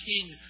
king